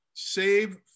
save